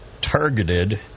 targeted